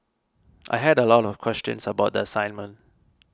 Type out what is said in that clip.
I had a lot of questions about the assignment